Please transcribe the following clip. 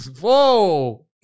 Whoa